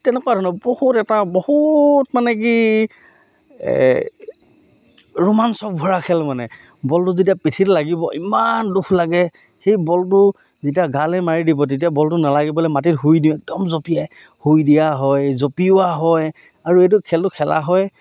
তেনেকুৱা ধৰণৰ বহুত এটা বহুত মানে কি এই ৰোমাঞ্চক ভৰা খেল মানে বলটো যেতিয়া পিঠিত লাগিব ইমান দুখ লাগে সেই বলটো যেতিয়া গালৈ মাৰি দিব তেতিয়া বলটো নালাগিবলৈ মাটিত শুই দিওঁ একদম জঁপিয়াই শুই দিয়া হয় জঁপিওৱা হয় আৰু এইটো খেলটো খেলা হয়